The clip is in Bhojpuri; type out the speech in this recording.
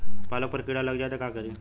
पालक पर कीड़ा लग जाए त का करी?